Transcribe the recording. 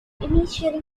initially